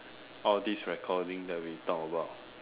all these recording that we talk about